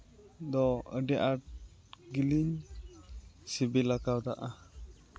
ᱫᱚ ᱟᱹᱰᱤ ᱟᱸᱴ ᱜᱮᱞᱤᱧ ᱥᱤᱵᱤᱞᱟᱠᱟᱣᱫᱟ